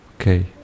Okay